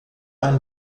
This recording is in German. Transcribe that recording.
ein